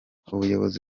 ubuyobozi